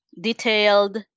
detailed